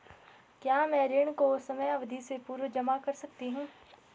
क्या मैं ऋण को समयावधि से पूर्व जमा कर सकती हूँ?